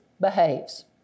behaves